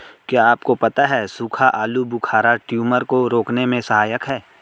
क्या आपको पता है सूखा आलूबुखारा ट्यूमर को रोकने में सहायक है?